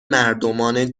مردمان